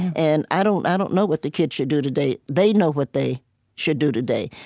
and i don't i don't know what the kids should do today. they know what they should do today.